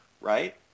right